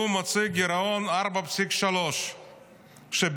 הוא מציג גירעון של 4.3 כשבפועל